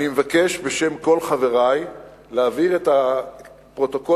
אני מבקש בשם כל חברי להעביר את הפרוטוקול